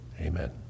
Amen